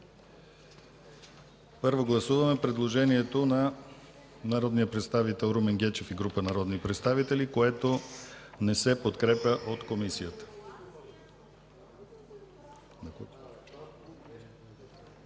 Първо гласуваме предложението на народния представител Румен Гечев и група народни представители, което не се подкрепя от Комисията.